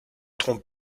trompe